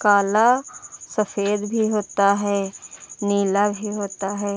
काला सफेद भी होता है नीला भी होता है